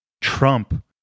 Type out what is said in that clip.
Trump